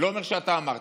אני לא אומר שאתה אמרת,